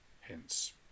Hence